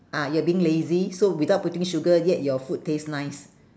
ah you're being lazy so without putting sugar yet your food taste nice